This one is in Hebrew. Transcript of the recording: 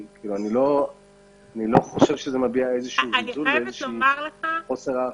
אני לא חושב שזה מביע חוסר הערכה.